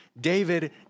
David